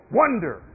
wonder